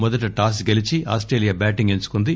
మొదట టాస్ గెలిచి Australia batting ఎంచుకుంది